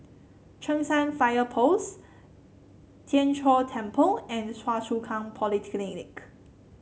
Cheng San Fire Post Tien Chor Temple and Choa Chu Kang Polyclinic